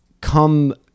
come